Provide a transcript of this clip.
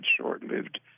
short-lived